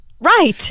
right